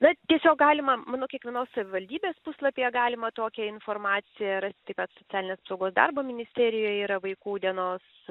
na tiesiog galima manau kiekvienos savivaldybės puslapyje galima tokią informaciją rasti socialinės apsaugos darbo ministerijoj yra vaikų dienos